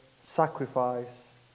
sacrifice